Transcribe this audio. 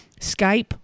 Skype